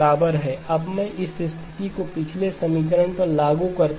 अब मैं इस स्थिति को पिछले समीकरण पर लागू करता हूं